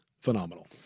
phenomenal